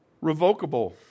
revocable